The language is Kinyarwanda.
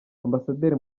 ambasaderi